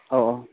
अ